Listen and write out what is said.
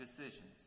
decisions